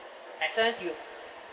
as long as you